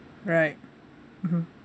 right mmhmm